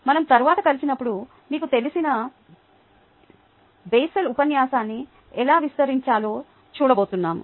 మనం తరువాత కలిసినప్పుడు మీకు తెలిసిన బేసల్ ఉపన్యాసాన్ని ఎలా విస్తరించాలో చూడబోతున్నాం